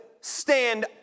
stand